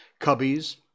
cubbies